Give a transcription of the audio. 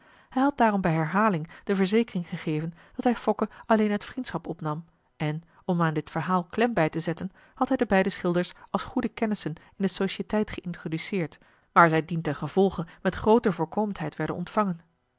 had daarom bij herhaling de verzekering gegeven dat hij fokke alleen uit vriendschap opnam en om aan dit verhaal klem bijtezetten had hij de beide schilders als goede kennissen in de societeit geintroduceerd waar zij dientengevolge met groote voorkomendheid werden ontvangen